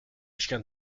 chien